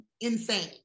insane